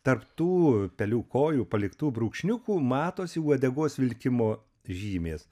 tarp tų pelių kojų paliktų brūkšniukų matosi uodegos vilkimo žymės